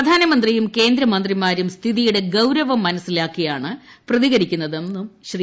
പ്രധാനമന്ത്രിയും കേന്ദ്ര മന്ത്രിമാരും സ്ഥിതിയുടെ ഗൌരവം മനസിലാക്കിയാണ് പ്രതികരിക്കുന്നതെന്നും ശ്രീ